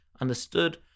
understood